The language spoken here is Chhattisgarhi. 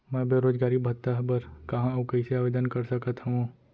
मैं बेरोजगारी भत्ता बर कहाँ अऊ कइसे आवेदन कर सकत हओं?